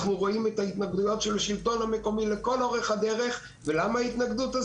אנחנו רואים את ההתנגדות של השלטון המקומי לכל אורך הדרך ולמה ההתנגדות?